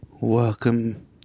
Welcome